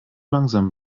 langsam